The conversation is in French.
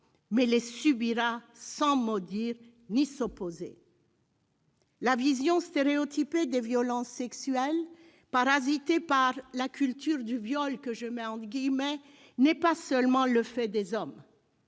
mais les subira sans mot dire ni s'opposer. La vision stéréotypée des violences sexuelles, parasitée par la « culture du viol », n'est pas seulement le fait des hommes